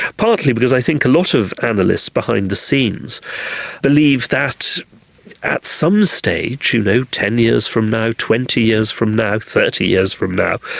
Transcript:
partly because i think a lot of analysts behind the scenes believe that at some stage, you know, ten years from now, twenty years from now, thirty years from now,